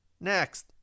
next